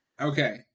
okay